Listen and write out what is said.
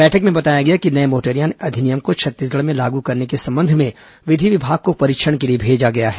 बैठक में बताया गया कि नए मोटरयान अधिनियम को छत्तीसगढ़ में लागू करने के संबंध में विधि विभाग को परीक्षण के लिए भेजा गया है